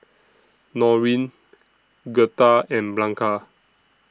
Noreen Gertha and Blanca